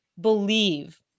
believe